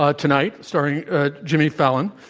ah tonight starring ah jimmy fallon.